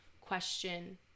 question